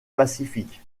pacifique